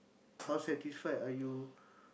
how satisfied are you